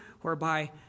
whereby